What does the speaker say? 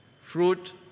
fruit